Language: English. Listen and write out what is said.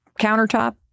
countertop